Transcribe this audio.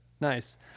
nice